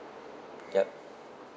yup